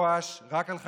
בואש, רק על חרדים,